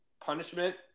punishment